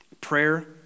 Prayer